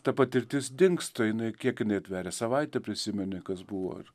ta patirtis dingsta jinai kiek jinai tveria savaitę prisimeni kas buvo ir